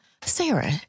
Sarah